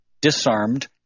disarmed